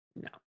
No